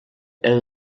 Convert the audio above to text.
and